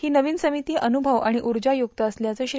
ही नवीन समिती अनुषव आणि ऊर्जा युक्त असल्याचं श्री